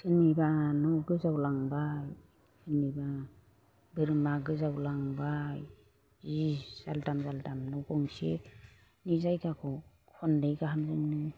सोरनिबा न' गोजावलांबाय सेरनिबा बोरमा गोजावलांबाय जि जाल्दाम जाल्दाम न' गंसेनि जायगाखौ खननै गाहाम